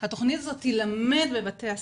התכנית הזאת תילמד בבתי הספר.